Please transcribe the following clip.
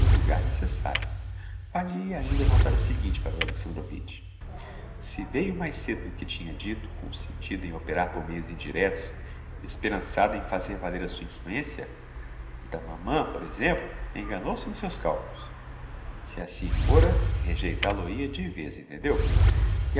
julgar necessario far lhe hei ainda notar o seguinte pavel alexandrovitch se veiu mais cedo do que tinha dito com o sentido em operar por meios indirectos esperançado em fazer valer a sua influencia a da mamã por exemplo enganou-se nos seus calculos se assim fôra rejeitál o hia de vez entendeu